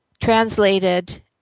translated